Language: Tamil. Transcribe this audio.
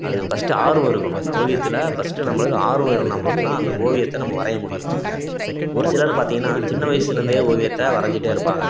அது ஃபஸ்ட்டு ஆர்வம் இருக்கணும் ஓவியத்தில் ஃபஸ்ட்டு நம்பளுக்கு ஆர்வம் இருந்தால் மட்டும்தான் அந்த ஓவியத்தை நம்ம வரைய முடியும் ஒரு சிலர் பார்த்திங்கன்னா சின்ன வயசுலேருந்தே ஓவியத்தை வரைஞ்சிட்டே இருப்பாங்க